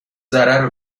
ضرر